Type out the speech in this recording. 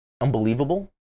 Unbelievable